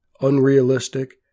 unrealistic—